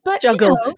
Juggle